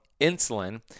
insulin